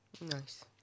Nice